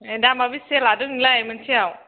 दामा बेसे लादों नोंलाय मोनसेयाव